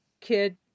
kid